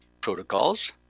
protocols